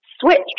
switch